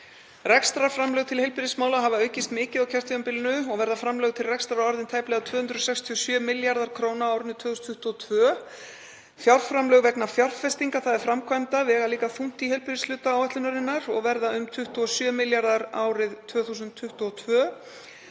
Rekstrarframlög til heilbrigðismála hafa aukist mikið á kjörtímabilinu og verða framlög til rekstrar orðin tæplega 267 milljarðar kr. á árinu 2022. Fjárframlög vegna fjárfestinga, þ.e. framkvæmda, vega líka þungt í heilbrigðishluta áætlunarinnar og verða um 27 milljarðar árið 2022.